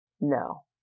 No